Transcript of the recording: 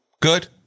Good